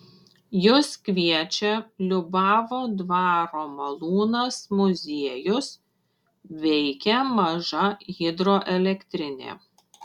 jus kviečia liubavo dvaro malūnas muziejus veikia maža hidroelektrinė